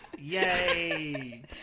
Yay